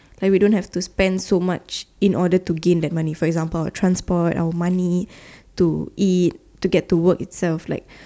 like we don't have to spend so much in order to gain that money for example our transport our money to eat to get to work itself like